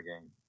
game